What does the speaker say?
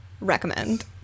Recommend